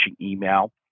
email